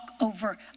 over